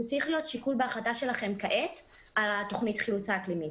והיא צריך להיות שיקול בהחלטה שלכם כעת על תוכנית החילוץ האקלימית.